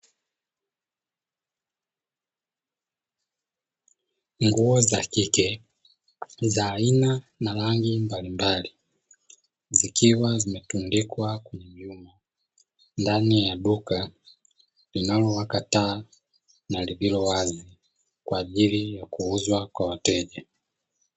Nguo za kike za aina na rangi mbalimbali zikiwa zimetundikwa kwa juu, ndani ya duka linalowaka taa na lililo wazi kwa ajili ya kuuzwa kwa wateja.